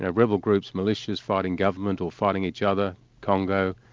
ah rebel groups, militias fighting government or fighting each other congo,